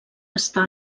està